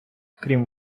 крім